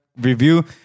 Review